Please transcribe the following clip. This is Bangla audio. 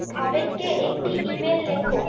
ভবেনকে একটি ইমেল লেখো